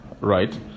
right